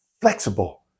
flexible